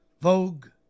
Vogue